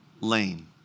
lane